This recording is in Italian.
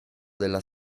della